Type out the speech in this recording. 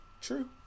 True